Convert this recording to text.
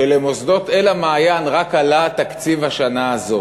שלמוסדות "אל המעיין" רק עלה התקציב השנה הזאת.